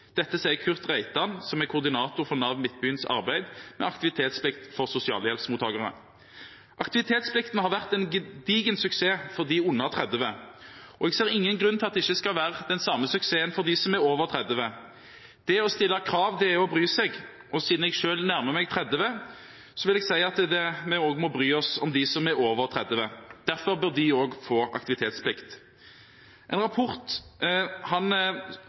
Dette sier Kurt Reitan, som er koordinator for Nav Midtbyens arbeid med aktivitetsplikt for sosialhjelpsmottakerne. Aktivitetsplikten har vært en gedigen suksess for dem under 30 år, og jeg ser ingen grunn til at det ikke skal være den samme suksessen for dem som er over 30. Det å stille krav er å bry seg, og siden jeg selv nærmer meg 30, vil jeg si at vi også må bry oss om dem som er over 30. Derfor bør de også få aktivitetsplikt. En rapport